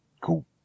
Cool